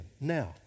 Now